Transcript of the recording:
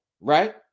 right